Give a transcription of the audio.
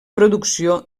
producció